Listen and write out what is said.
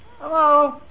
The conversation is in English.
Hello